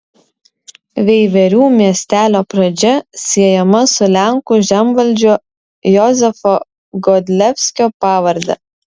veiverių miestelio pradžia siejama su lenkų žemvaldžio jozefo godlevskio pavarde